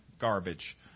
garbage